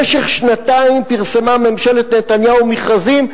במשך שנתיים פרסמה ממשלת נתניהו מכרזים,